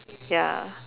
ya